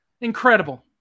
Incredible